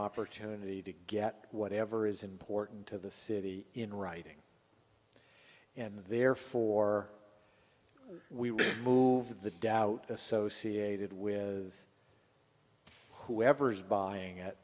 opportunity to get whatever is important to the city in writing and therefore we move the doubt associated with whoever is buying it